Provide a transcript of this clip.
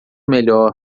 melhor